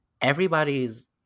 everybody's